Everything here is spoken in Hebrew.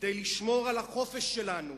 כדי לשמור על החופש שלנו,